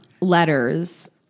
letters